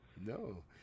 no